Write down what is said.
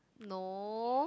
no